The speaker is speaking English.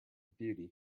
beauty